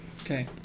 Okay